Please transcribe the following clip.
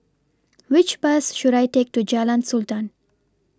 Which Bus should I Take to Jalan Sultan